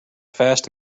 fast